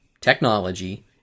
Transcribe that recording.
Technology